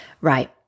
Right